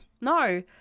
no